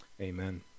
Amen